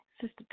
Sister